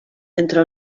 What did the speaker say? entre